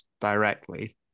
directly